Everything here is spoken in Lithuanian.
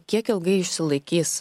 kiek ilgai išsilaikys